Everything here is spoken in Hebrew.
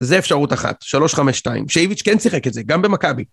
זה אפשרות אחת, שלוש, חמש, שתיים, שייביץ' כן שיחק את זה, גם במכבי.